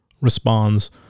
responds